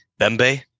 Bembe